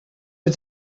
met